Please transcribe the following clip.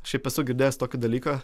šiaip esu girdėjęs tokį dalyką